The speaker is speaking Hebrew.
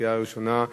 בקריאה ראשונה.